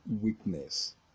weakness